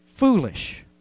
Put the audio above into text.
Foolish